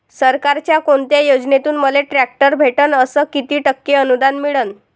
सरकारच्या कोनत्या योजनेतून मले ट्रॅक्टर भेटन अस किती टक्के अनुदान मिळन?